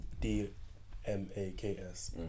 D-M-A-K-S